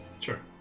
Sure